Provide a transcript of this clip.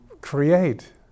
create